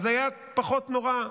היה פחות נורא,